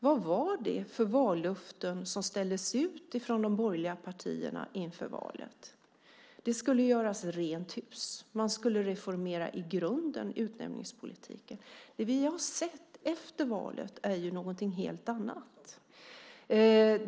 Vad var det för vallöften som ställdes ut från de borgerliga partierna inför valet? Det skulle göras rent hus. Man skulle reformera utnämningspolitiken i grunden. Det vi har sett efter valet är någonting helt annat.